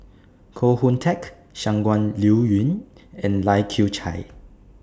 Koh Hoon Teck Shangguan Liuyun and Lai Kew Chai